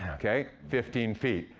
okay? fifteen feet.